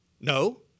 No